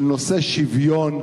של נושא השוויון,